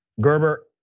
Gerber